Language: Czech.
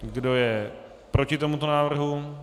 Kdo je proti tomuto návrhu?